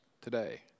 today